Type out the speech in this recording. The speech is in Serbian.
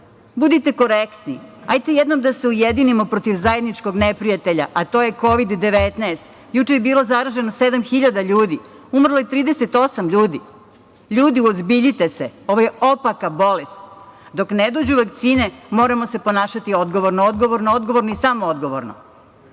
Budite korektni, ajde jednom da se ujedinimo protiv zajedničkog neprijatelja, a to je Kovid 19. Juče je bilo zaraženo 7.000 ljudi, umrlo je 38 ljudi. Ljudi, uozbiljite se. Ovo je opaka bolest. Dok ne dođu vakcine, moramo se ponašati odgovorno, odgovorno i samo odgovorno. Što